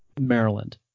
Maryland